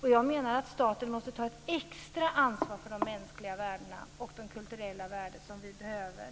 Staten måste, menar jag, ta ett extra ansvar för de mänskliga värdena och för de kulturella värden som vi behöver.